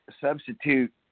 substitute